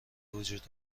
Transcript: وجود